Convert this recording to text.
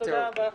תודה רבה.